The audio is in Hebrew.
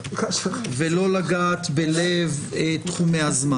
ולא לגעת בלב תחומי הזמן,